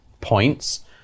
points